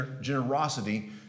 generosity